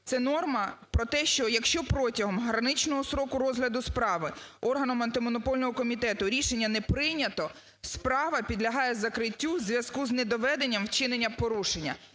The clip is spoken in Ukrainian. Це норма про те, що, якщо протягом граничного строку розгляду справи органами Антимонопольного комітету рішення не прийнято, справа підлягає закриттю в зв'язку з недоведенням вчинення порушення.